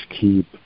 keep